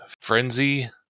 Frenzy